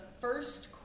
first